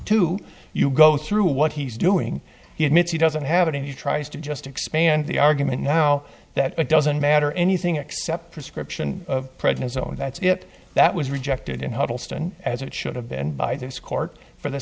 two you go through what he's doing he admits he doesn't have it and he tries to just expand the argument now that it doesn't matter anything except prescription of prednisone and that's ip that was rejected in huddleston as it should have been by this court for the